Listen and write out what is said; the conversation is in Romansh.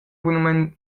bunamein